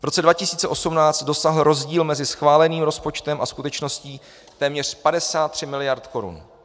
V roce 2018 dosáhl rozdíl mezi schváleným rozpočtem a skutečností téměř 53 miliard korun.